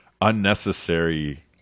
unnecessary